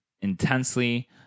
intensely